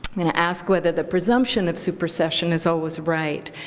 going to ask whether the presumption of supercession is always right,